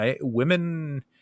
women